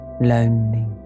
lonely